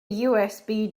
usb